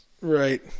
Right